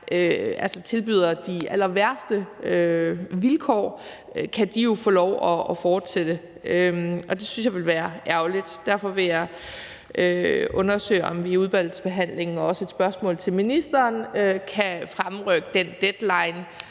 der tilbyder de allerværste vilkår, få lov at fortsætte – og det synes jeg ville være ærgerligt. Derfor vil jeg undersøge, om vi i udvalgsbehandlingen – og også med et spørgsmål til ministeren – kan fremrykke den deadline.